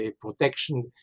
protection